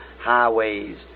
highways